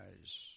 eyes